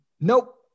nope